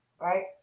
right